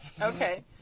Okay